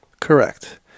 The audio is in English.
correct